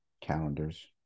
calendars